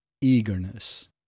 eagerness